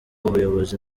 ubuyobozi